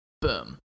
boom